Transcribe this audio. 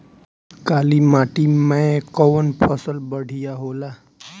काली माटी मै कवन फसल बढ़िया होला?